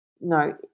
no